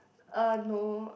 uh no